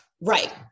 Right